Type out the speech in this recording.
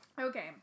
Okay